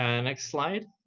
and next slide.